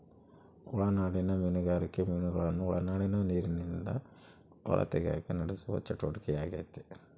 ಒಳನಾಡಿಗಿನ ಮೀನುಗಾರಿಕೆ ಮೀನುಗಳನ್ನು ಒಳನಾಡಿನ ನೀರಿಲಿಂದ ಹೊರತೆಗೆಕ ನಡೆಸುವ ಚಟುವಟಿಕೆಯಾಗೆತೆ